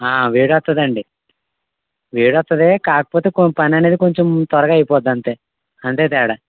వేడి వస్తదండి వేడి వస్తుంది కాకపోతే పని అనేది కొంచెం త్వరగా అయిపోద్ది అంతే అంతే తేడా